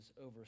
over